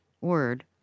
word